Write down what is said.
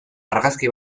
argazki